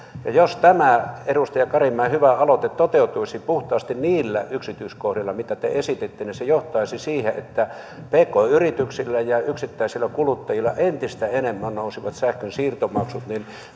ja jos tämä edustaja karimäen hyvä aloite toteutuisi puhtaasti niillä yksityiskohdilla mitä te esititte se johtaisi siihen että pk yrityksillä ja yksittäisillä kuluttajilla entistä enemmän nousisivat sähkönsiirtomaksut